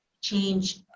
change